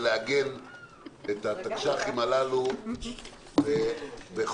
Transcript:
זה לעגן את התקש"חים הללו בחוק,